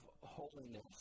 holiness